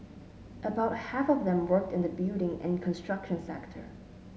about half of them worked in the building and construction sector